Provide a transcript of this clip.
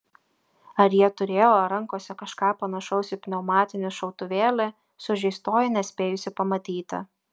ar jie turėjo rankose kažką panašaus į pneumatinį šautuvėlį sužeistoji nespėjusi pamatyti